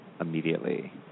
immediately